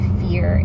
fear